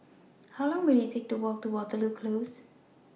How Long Will IT Take to Walk to Waterloo Close